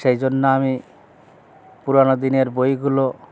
সেই জন্য আমি পুরানো দিনের বইগুলো